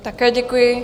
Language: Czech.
Také děkuji.